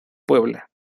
puebla